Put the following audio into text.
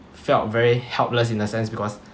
felt very helpless in a sense because